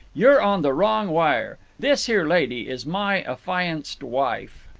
you're on the wrong wire! this here lady is my affianced wife!